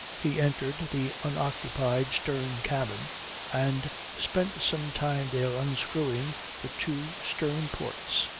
he entered the unoccupied stern cabin and spent some time there unscrewing the two stern ports.